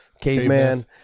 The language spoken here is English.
caveman